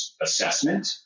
assessment